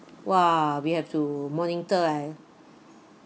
!wah! we have to monitor eh